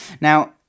Now